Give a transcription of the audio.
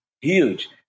huge